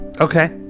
Okay